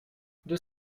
deux